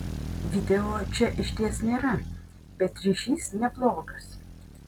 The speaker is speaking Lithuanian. video čia išties nėra bet ryšys neblogas